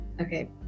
Okay